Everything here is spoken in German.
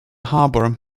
harbour